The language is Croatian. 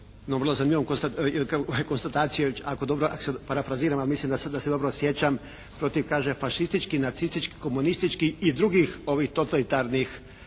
vrlo zanimljivom konstatacijom ako dobro parafraziram, a mislim da se dobro sjećam protiv kaže fašističkih, nacističkih, komunističkih i drugih ovih totalitarnih